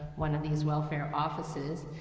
one of these welfare offices.